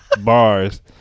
bars